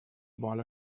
vol